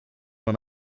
man